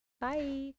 Bye